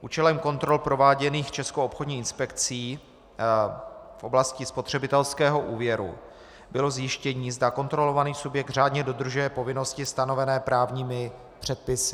Účelem kontrol prováděných Českou obchodní inspekcí v oblasti spotřebitelského úvěru bylo zjištění, zda kontrolovaný subjekt řádně dodržuje povinnosti stanovené právními předpisy.